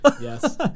Yes